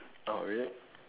oh really